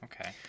Okay